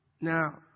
Now